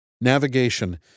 Navigation